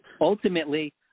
ultimately